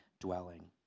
dwelling